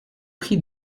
prie